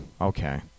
Okay